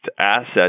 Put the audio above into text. assets